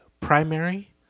primary